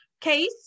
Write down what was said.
case